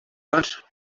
learned